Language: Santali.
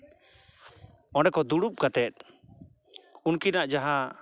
ᱚᱸᱰᱮ ᱠᱚ ᱫᱩᱲᱩᱵ ᱠᱟᱛᱮᱫ ᱩᱱᱠᱤᱱᱟᱜ ᱡᱟᱦᱟᱸ